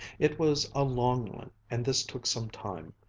it was a long one and this took some time.